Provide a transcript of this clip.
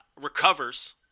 recovers